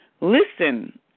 Listen